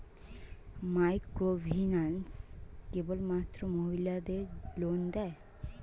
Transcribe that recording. Microfinance কেবলমাত্র মহিলাদের loan দেয়?